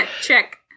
Check